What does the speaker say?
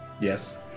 Yes